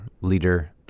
leader